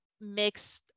mixed